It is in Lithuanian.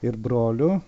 ir broliu